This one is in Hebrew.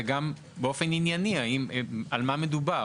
וגם באופן ענייני על מה מדובר.